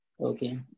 Okay